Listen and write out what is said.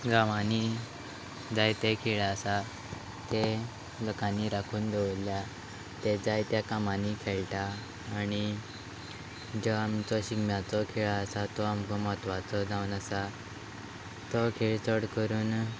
गांवांनी जायते खेळ आसा ते लोकांनी राखून दवरल्या ते जाय त्या कामांनी खेळटा आनी जो आमचो शिगम्याचो खेळ आसा तो आमकां म्हत्वाचो जावन आसा तो खेळ चड करून